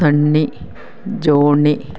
Sunny Johnny